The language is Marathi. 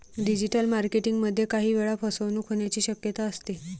डिजिटल मार्केटिंग मध्ये काही वेळा फसवणूक होण्याची शक्यता असते